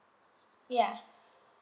ya